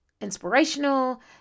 inspirational